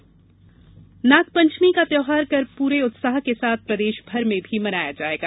नागपंचमी नागपंचमी का त्यौहार कल पूरे उत्साह के साथ प्रदेशभर में भी मनाया जाएगा